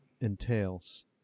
Entails